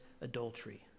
adultery